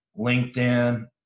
linkedin